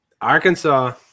Arkansas